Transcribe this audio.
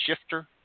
Shifter